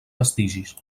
vestigis